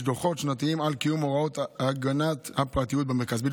דוחות שנתיים על קיום הוראות הגנת הפרטיות במרכז.